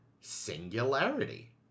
Singularity